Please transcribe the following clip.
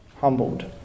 humbled